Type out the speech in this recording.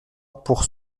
pour